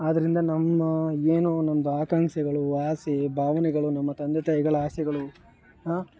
ಆದ್ದರಿಂದ ನಮ್ಮ ಏನೂ ನಮ್ಮದು ಆಕಾಂಕ್ಷೆಗಳೂ ಆಸೆ ಭಾವನೆಗಳು ನಮ್ಮ ತಂದೆ ತಾಯಿಗಳ ಆಸೆಗಳು ಹಾಂ